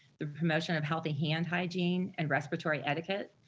the promotion of healthy hand hygiene and respiratory etiquette,